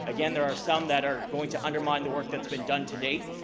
again there are some that are going to undermine the work that's been done to date,